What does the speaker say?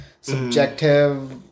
subjective